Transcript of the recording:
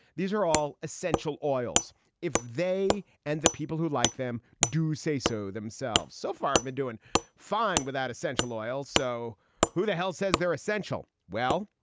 these are all essential oils if they and the people who like them do say so themselves. so far, i've been doing fine without essential oils. so who the hell says they're essential? well,